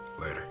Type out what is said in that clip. Later